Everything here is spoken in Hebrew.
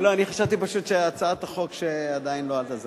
לא, אני חשבתי פשוט שהצעת החוק עדיין לא עלתה.